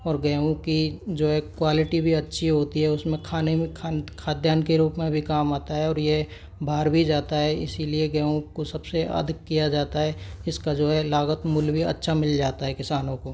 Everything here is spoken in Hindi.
और गेंहूँ की जो है क्वालिटी भी अच्छी होती है उसमें खाने में खाद्यान के रूप में भी काम आता है और ये बाहर भी जाता है इसीलिए गेंहूँ को सबसे अधिक किया जाता है इसका जो है लागत मूल्य भी अच्छा मिल जाता है किसानों को